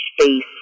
space